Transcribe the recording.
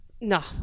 No